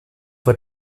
wird